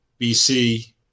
bc